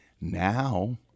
Now